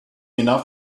enough